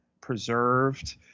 preserved